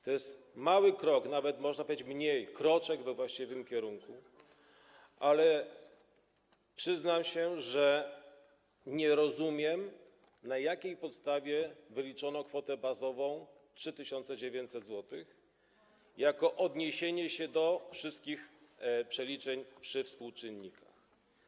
To jest mały krok, nawet można powiedzieć: mniej, kroczek, we właściwym kierunku, ale przyznam, że nie rozumiem, na jakiej podstawie wyliczono kwotę bazową 3900 zł jako odniesienie do wszystkich przeliczeń przy współczynnikach.